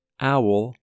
owl